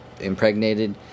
impregnated